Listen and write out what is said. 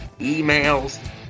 emails